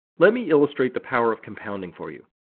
let me illustrate the power of compounding for you.